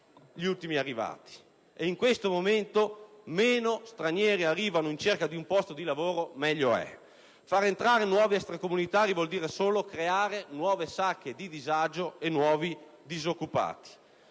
gli ultimi arrivati. Ed in questo momento, meno stranieri arrivano in cerca di un posto di lavoro meglio è. Far entrare nuovi extracomunitari vuol dire solo creare nuove sacche di disagio e nuovi disoccupati.